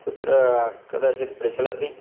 कुत्र कदाचित् प्रचलति